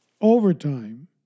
overtime